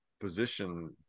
position